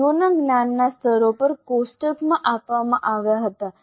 CO ના જ્ઞાનના સ્તરો પણ કોષ્ટકમાં આપવામાં આવ્યા હતા